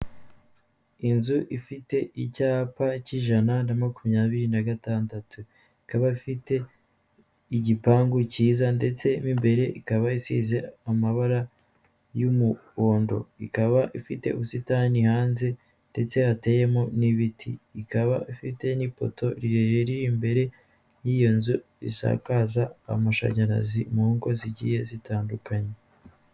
Inzu ifite icyapa cy'ijana na makumyabiri nagatandatu. Ikaba ifite igipangu cyiza ndetse mo imbere ikaba isize amabara y'umuhondo. Ikaba ifite ubusitani hanze ndetse hateyemo n'ibiti. Ikaba ifite n'ipoto riri imbere y'iyo nzu isakaza amashanyarazi mu ngo zigiye zitandukanye.